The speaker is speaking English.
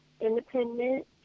independent